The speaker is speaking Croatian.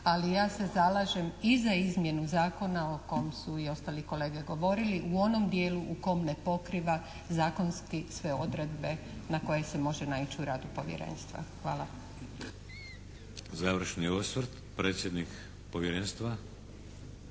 ali ja se zalažem i za izmjenu zakona o kom su i ostali kolege govorili u onom dijelu u kom ne pokriva zakonski sve odredbe na koje se može naići u radu Povjerenstva. Hvala. **Šeks, Vladimir (HDZ)** Završni osvrt, predsjednik Povjerenstva.